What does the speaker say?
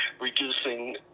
reducing